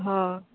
ହଁ